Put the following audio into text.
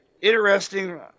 interesting